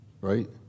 right